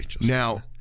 Now